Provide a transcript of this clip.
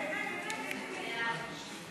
כהצעת הוועדה, נתקבל.